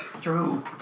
True